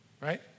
Right